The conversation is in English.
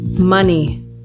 money